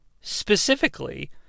Specifically